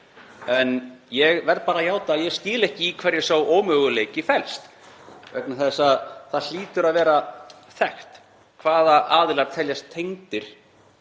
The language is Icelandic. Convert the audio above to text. en ég verð bara að játa að ég skil ekki í hverju sá ómöguleiki felst vegna þess að það hlýtur að vera þekkt hvaða aðilar teljast tengdir